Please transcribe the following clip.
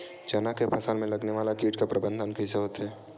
चना के फसल में लगने वाला कीट के प्रबंधन कइसे होथे?